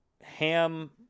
Ham